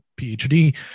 PhD